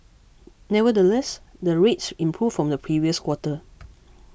nevertheless the rates improved from the previous quarter